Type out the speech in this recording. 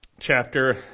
Chapter